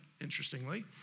interestingly